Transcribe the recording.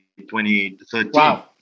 2013